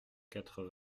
quatre